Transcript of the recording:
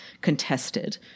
contested